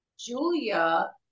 Julia